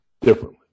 differently